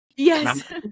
Yes